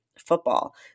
football